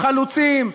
חלוצים,